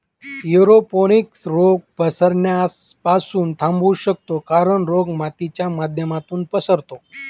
aeroponics रोग पसरण्यास पासून थांबवू शकतो कारण, रोग मातीच्या माध्यमातून पसरतो